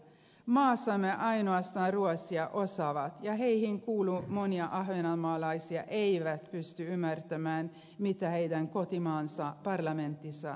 maassamme ainoastaan ruotsia osaavat ja heihin kuuluu monia ahvenanmaalaisia eivät pysty ymmärtämään mitä heidän kotimaansa parlamentissa sanotaan